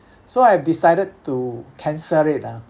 so I have decided to cancel it ah